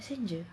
messenger